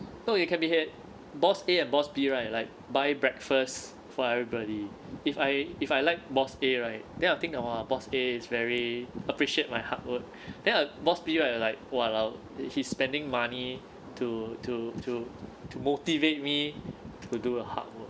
no it can be like boss A and boss B right like buy breakfast for everybody if I if I like boss A right then I'll think !wah! boss A very appreciate my hard work and then boss B right like !walao! then he's spending money to to to to motivate me to do a hard work